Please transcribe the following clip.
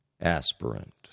aspirant